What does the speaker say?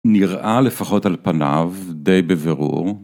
נראה לפחות על פניו די בבירור.